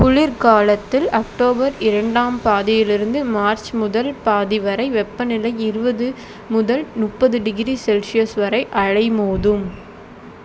குளிர்காலத்தில் அக்டோபர் இரண்டாம் பாதியிலிருந்து மார்ச் முதல் பாதி வரை வெப்பநிலை இருபது முதல் முப்பது டிகிரி செல்சியஸ் வரை அலை மோதும்